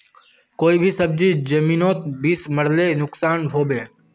कोई भी सब्जी जमिनोत बीस मरले नुकसान होबे?